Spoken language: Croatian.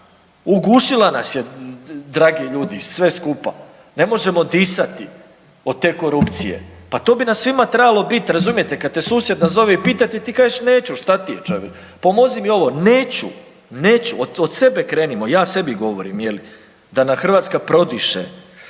Ugušila nas je dragi ljudi sve skupa, ne možemo disati od te korupcije, pa to bi nam svima trebalo bit razumijete kad te susjed nazove i pitate ti kažeš neću šta ti je, pomozi mi ovo, neću, neću od sebe krenimo, ja sebi govorim je li da nam Hrvatska prodiše.